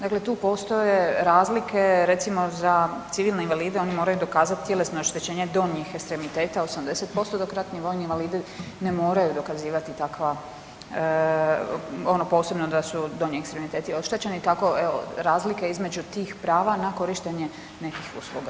Dakle, tu postoje razlike recimo za civilne invalide oni moraju dokazati tjelesno oštećenje donjih ekstremiteta 80% dok ratni vojni invalidi ne moraju dokazivati takva, ono posebno da su donji ekstremiteti oštećeni, tako evo razlika između tih prava na korištenje nekih usluga.